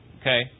Okay